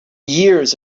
years